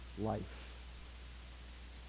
life